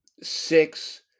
six